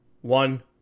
one